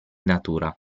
natura